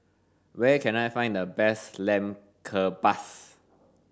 where can I find the best Lamb Kebabs